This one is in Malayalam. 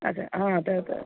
അത് ആ അത് അത്